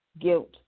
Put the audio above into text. guilt